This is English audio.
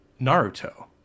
Naruto